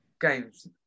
games